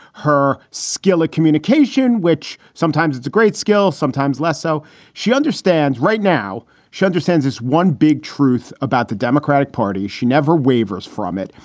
her skill at communication, which sometimes is a great skill, sometimes less so she understands right now she understands is one big truth about the democratic party. she never wavers from it.